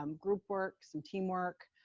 um group work, some teamwork,